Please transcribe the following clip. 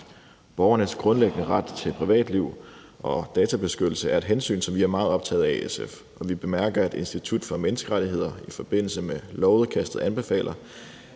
Borgernes grundlæggende ret til privatliv og databeskyttelse er et hensyn, som vi er meget optaget af i SF, og vi bemærker, at Institut for Menneskerettigheder i forbindelse med lovudkastet anbefaler,